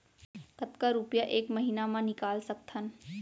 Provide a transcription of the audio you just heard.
कतका रुपिया एक महीना म निकाल सकथन?